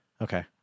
Okay